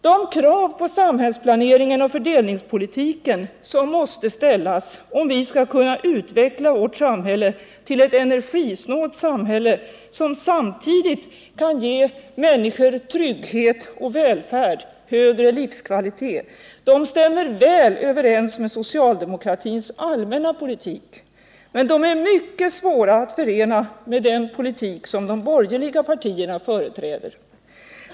De krav på samhällsplaneringen och fördelningspolitiken som måste ställas om vi skall kunna utveckla vårt samhälle till ett energisnålt samhälle som samtidigt kan ge människorna trygghet, välfärd och högre livskvalitet stämmer väl överens med socialdemokratins allmänna politik. Men de är mycket svåra att förena med den politik som de borgerliga partierna företräder.